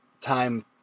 time